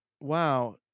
Wow